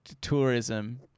tourism